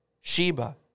Sheba